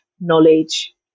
knowledge